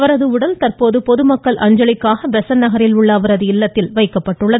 அவரது உடல் தந்போது பொதுமக்கள் அஞ்சலி செலுத்துவதற்காக பெசன்ட் நகரிலுள்ள அவரது இல்லத்தில் வைக்கப்பட்டுள்ளது